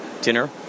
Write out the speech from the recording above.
dinner